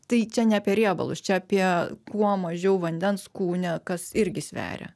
tai čia ne apie riebalus čia apie kuo mažiau vandens kūne kas irgi sveria